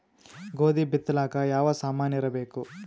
ಗೋಧಿ ಬಿತ್ತಲಾಕ ಯಾವ ಸಾಮಾನಿರಬೇಕು?